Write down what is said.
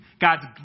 God's